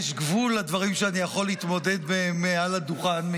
יש גבול לדברים שאני יכול להתמודד איתם מעל הדוכן.